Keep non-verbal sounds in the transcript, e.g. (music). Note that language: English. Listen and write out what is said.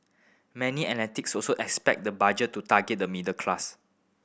many (unintelligible) also expect the Budget to target the middle class